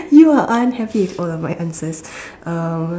you are unhappy all of my answers um